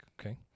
okay